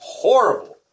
horrible